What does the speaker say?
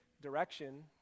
direction